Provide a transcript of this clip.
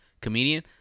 comedian